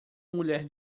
mulher